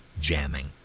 jamming